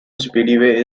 speedway